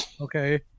Okay